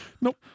Nope